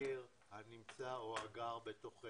לגר הנמצא או הגר בתוכנו.